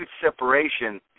separation